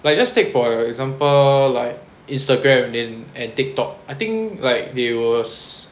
like just take for example like Instagram then and TikTok I think like they was